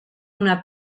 una